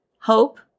hope